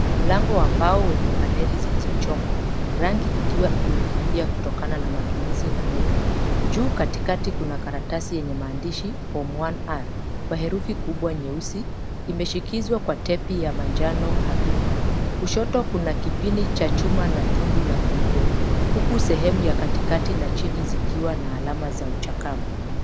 Mlango wa mbao wenye paneli zilizochongwa, rangi ikiwa imefifia kutokana na matumizi na muda. Juu katikati kuna karatasi yenye maandishi form 1R kwa herufi kubwa nyeusi, imeshikizwa kwa tepi ya manjano hafifu. Kushoto kuna kipini cha chuma na tundu la funguo, huku sehemu ya katikati na chini zikiwa na alama za uchakavu.